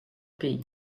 pays